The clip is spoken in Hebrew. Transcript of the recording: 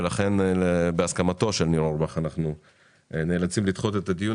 ולכן בהסכמתו של ניר אורבך אנחנו נאלצים לדחות את הדיון